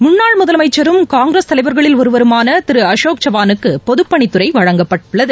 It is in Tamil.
முள்ளாள் முதலமைச்சரும் காங்கிரஸ் தலைவர்களில் ஒருவருமான திரு அசோக் சவானுக்கு பொதப்பணித்துறை வழங்கப்பட்டுள்ளது